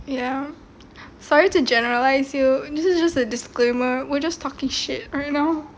ya sorry to generalise you this is just a disclaimer we're just talking shit right now